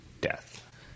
death